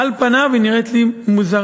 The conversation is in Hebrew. על פניו, היא נראית לי מוזרה.